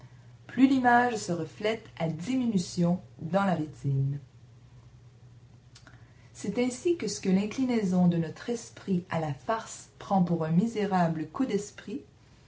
plus l'image se reflète à diminution dans la rétine c'est ainsi que ce que l'inclinaison de notre esprit à la farce prend pour un misérable coup d'esprit